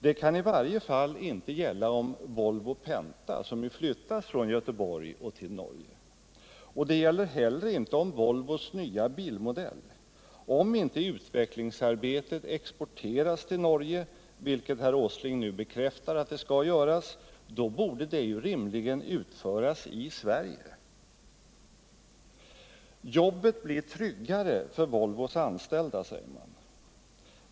Det kan i varje fall inte gälla om Volvo Penta, som ju flyttas från Göteborg till Norge. Det gäller inte heller om Volvos nya bilmodell. Om inte utvecklingsarbetet exporteras till Norge, vilket herr Åsling nu bekräftar att det skall, då borde det rimligen utföras i Sverige. Jobbet blir tryggare för Volvos anställda, säger man.